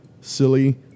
silly